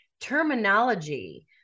terminology